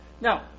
Now